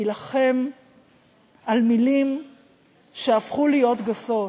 להילחם על מילים שהפכו להיות גסות,